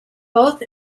both